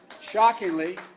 Shockingly